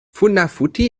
funafuti